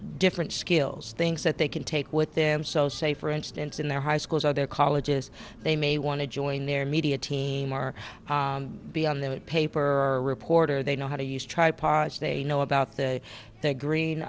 different skills things that they can take with them so say for instance in their high schools or their colleges they may want to join their media team or be on the paper or a reporter they know how to use tripods they know about the green